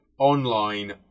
Online